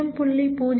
02 0